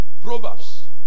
Proverbs